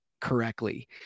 correctly